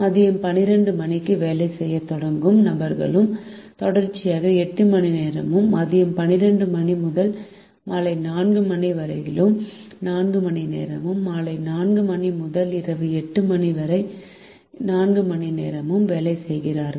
மதியம் 12 மணிக்கு வேலை செய்யத் தொடங்கும் நபர்களும் தொடர்ச்சியாக 8 மணிநேரமும் மதியம் 12 மணி முதல் மாலை 4 மணி வரையிலும் 4 மணிநேரமும் மாலை 4 மணி முதல் இரவு 8 மணி வரை 4 மணி நேரமும் வேலை செய்கிறார்கள்